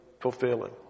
fulfilling